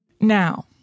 Now